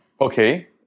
okay